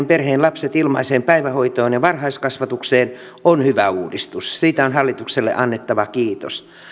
perheen lapset ilmaiseen päivähoitoon ja varhaiskasvatukseen on hyvä uudistus siitä on hallitukselle annettava kiitos